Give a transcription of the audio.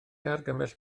argymell